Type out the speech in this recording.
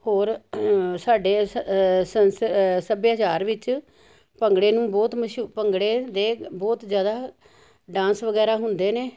ਹੋਰ ਸਾਡੇ ਸੱਭਿਆਚਾਰ ਵਿੱਚ ਭੰਗੜੇ ਨੂੰ ਬਹੁਤ ਮਸ਼ੁ ਭੰਗੜੇ ਦੇ ਬਹੁਤ ਜ਼ਿਆਦਾ ਡਾਂਸ ਵਗੈਰਾ ਹੁੰਦੇ ਨੇ